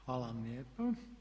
Hvala vam lijepo.